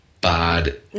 bad